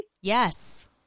Yes